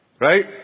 right